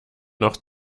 noch